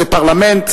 זה פרלמנט,